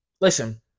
listen